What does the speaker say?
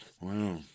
Wow